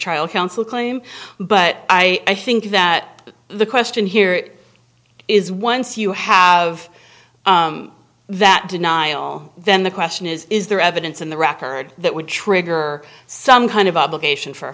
trial counsel claim but i think that the question here is once you have that denial then the question is is there evidence in the record that would trigger some kind of obligation for a